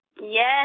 Yes